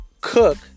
cook